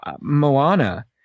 Moana